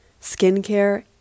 skincare